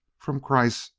from kreiss,